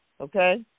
Okay